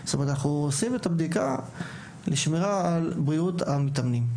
ואנחנו עושים אותה לשמירה על בריאות המתאמנים,